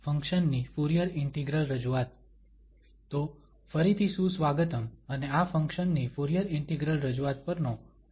ફંક્શનની Fourier integral રજૂઆત તો ફરીથી સુસ્વાગતમ અને આ ફંક્શન ની ફુરીયર ઇન્ટિગ્રલ રજૂઆત પરનો લેક્ચર નંબર 41 છે